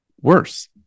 worse